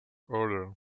order